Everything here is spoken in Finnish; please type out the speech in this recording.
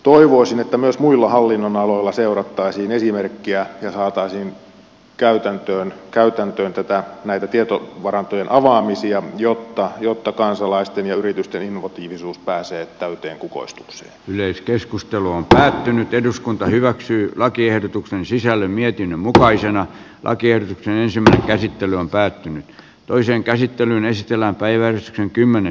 toivoisin että myös muilla hallinnonaloilla seurattaisiin esimerkkiä ja saataisiin käytäntöön näitä tietovarantojen avaamisia jotta kansalaisten ja yritysten innovatiivisuus pääsee täyteen kukoistuksen yleiskeskustelu on päättynyt eduskunta hyväksyi lakiehdotuksen sisällön mietinnön mukaisena lakien löysempi käsittely on päättynyt toiseen käsittelyyn esitellään päiväys on kukoistukseen